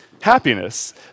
happiness